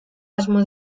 asmo